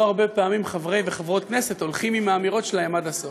לא הרבה פעמים חברי וחברות הכנסת הולכים עם האמירות שלהם עד הסוף.